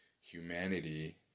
humanity